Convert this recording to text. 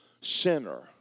sinner